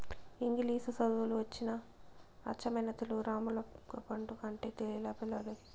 ఇంగిలీసు చదువులు వచ్చి అచ్చమైన తెలుగు రామ్ములగపండు అంటే తెలిలా పిల్లోల్లకి